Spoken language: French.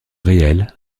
réel